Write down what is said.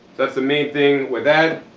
that's the main thing with that.